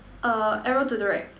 err arrow to the right